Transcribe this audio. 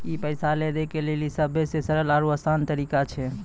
ई पैसा लै दै के लेली सभ्भे से सरल आरु असान तरिका छै